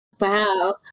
Wow